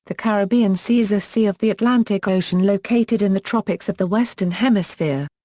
the caribbean sea is a sea of the atlantic ocean located in the tropics of the western hemisphere.